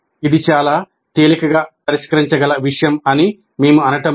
ఇది చాలా తేలికగా పరిష్కరించగల విషయం అని మేము అనడం లేదు